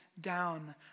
down